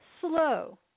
slow